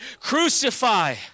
crucify